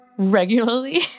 Regularly